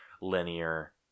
linear